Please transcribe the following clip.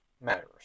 matters